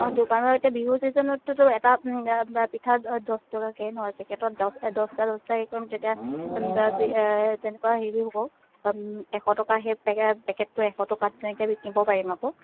অঁ দোকানৰ এতিয়া বিহু ছিজনততো এটা পিঠা দহ টকাকৈয়ে এপেকেটত দহটা দহটা হেৰি কৰিম তেতিয়া তেনেকুৱা হেৰি হ'ব এশ টকা সেই পেকেটটো এশ টকাত তেনেকৈ বিকিব পাৰিম আকৌ